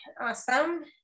Awesome